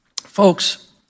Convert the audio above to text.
Folks